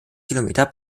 kilometer